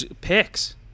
Picks